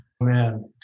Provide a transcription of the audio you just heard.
Man